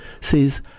says